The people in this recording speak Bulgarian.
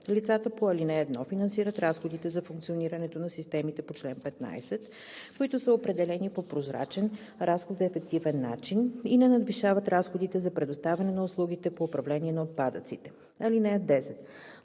Лицата по ал. 1 финансират разходите за функционирането на системите по чл. 15, които са определени по прозрачен разходно-ефективен начин и не надвишават разходите за предоставяне на услугите по управление на отпадъците. (10)